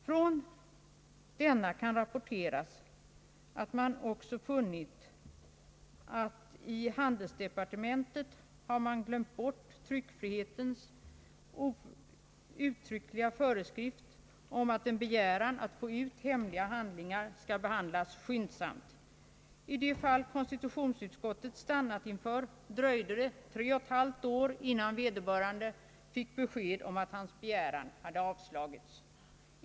Från försöksverksamheten kan rapporteras att man också funnit att man i handelsdepartementet har glömt bort tryckfrihetsförordningens uttryckliga föreskrift om att en begäran att få ut hemliga handlingar skall behandlas skyndsamt. I det fall som konstitutionsutskottet stannat inför dröjde det tre och ett halvt år innan vederbörande fick besked om att hans begäran hade avslagits.